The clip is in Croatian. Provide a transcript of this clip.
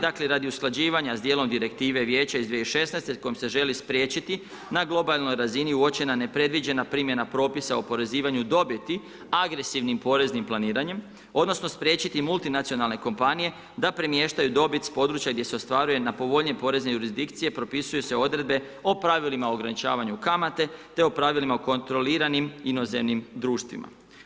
Dakle radi usklađivanja sa dijelom Direktive Vijeća iz 2016. kojom se želi spriječiti na globalnoj razini uočena nepredviđena primjena propisa u oporezivanju dobiti agresivnim poreznim planiranjem, odnosno spriječiti multinacionalne kompanije da premještaju dobit s područja gdje se ostvaruje na povoljnije porezne jurizdikcije propisuju se odredbe o pravilima o ograničavanju kamate te o pravilima u kontroliranim inozemnim društvima.